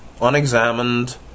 unexamined